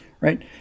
right